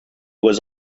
was